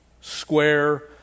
square